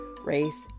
race